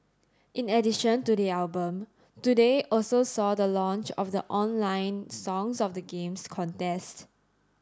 in addition to the album today also saw the launch of the online Songs of the Games contest